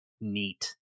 neat